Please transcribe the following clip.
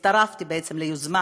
והצטרפתי בעצם ליוזמה